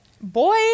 Boy